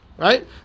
Right